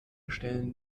stellen